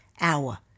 hour